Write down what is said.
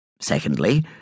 Secondly